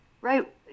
Right